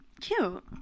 Cute